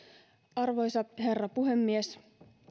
arvoisa herra puhemies